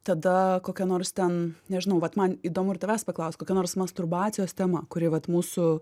tada kokia nors ten nežinau vat man įdomu ir tavęs paklaust kokia nors masturbacijos tema kuri vat mūsų